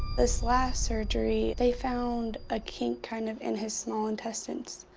this last surgery, they found a kink, kind of, in his small intestines,